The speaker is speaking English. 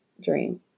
dream